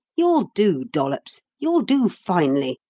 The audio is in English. you'll do, dollops you'll do finely.